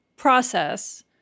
process